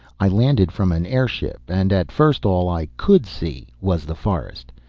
i landed from an airship, and at first all i could see was the forest.